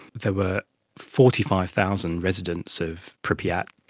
there were forty five thousand residents of pripyat.